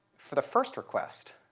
for the first request